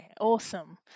Awesome